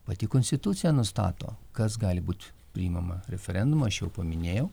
pati konstitucija nustato kas gali būt priimama referendumą aš jau paminėjau